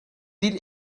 dil